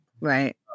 Right